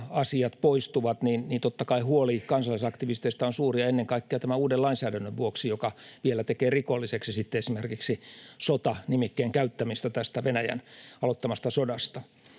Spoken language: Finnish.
asiat poistuvat, niin totta kai huoli kansalaisaktivisteista on suuri, ja ennen kaikkea tämän uuden lainsäädännön vuoksi, joka vielä tekee rikolliseksi sitten esimerkiksi sota-nimikkeen käyttämisen tästä Venäjän aloittamasta sodasta.